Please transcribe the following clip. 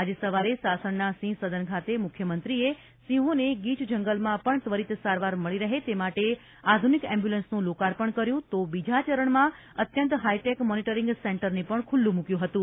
આજે સવારે સાસણ ના સિંહ સદન ખાતે મૂખ્યમંત્રી એ સિંહો ને ગીચ જંગલ માં પણ ત્વરિત સારવાર મળી રહે તે માટે આધુનિક એમ્બ્યુલન્સ નું લોકાર્પણ કર્યું હતું તો બીજા ચરણ માં અત્યંત હાઈટેક મોનીટરીંગ સેન્ટર ને પણ ખુલ્લું મૂક્યું હતું